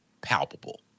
palpable